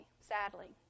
sadly